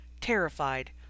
terrified